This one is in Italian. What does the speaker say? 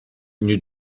new